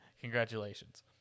congratulations